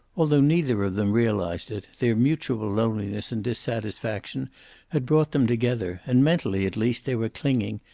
although neither of them realized it, their mutual loneliness and dissatisfaction had brought them together, and mentally at least they were clinging,